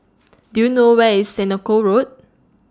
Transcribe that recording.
Do YOU know Where IS Senoko Road